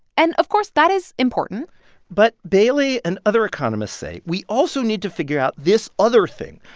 and, of course, that is important but baily and other economists say we also need to figure out this other thing.